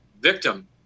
victim